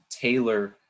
tailor